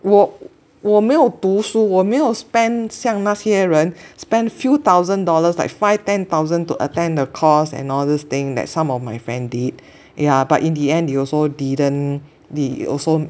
我我没有读书我没有 spend 像那些人 spend few thousand dollars like five ten thousand to attend the course and all this thing that some of my friend did yeah but in the end they also didn't they also